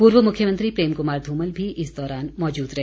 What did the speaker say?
पूर्व मुख्यमंत्री प्रेम कुमार धूमल भी इस दौरान मौजूद रहे